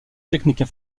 techniques